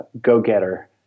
go-getter